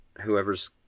whoever's